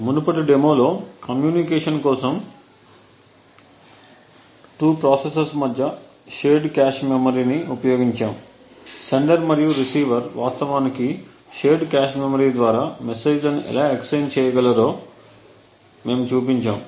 మునుపటి డెమోలో కమ్యూనికేషన్ కోసం 2 ప్రాసెసర్స్ మధ్య షేర్డ్ కాష్ మెమరీని ఉపయోగించాము సెండర్ మరియు రిసీవర్ వాస్తవానికి షేర్డ్ కాష్ మెమరీ ద్వారా మెసేజ్లను ఎలా ఎక్స్చేంజి చేయగలరో మేము చూపించాము